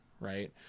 right